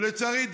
לצערי,